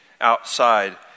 outside